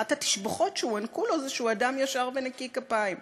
אחת התשבחות שהוענקו לו זה שהוא אדם ישר ונקי כפיים.